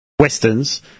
Westerns